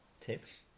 tips